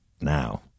now